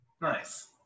Nice